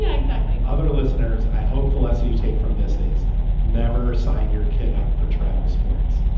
yeah exactly other listeners. i hope the lesson you take from this is never sign your kid up for travel, sports,